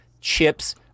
chips